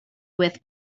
with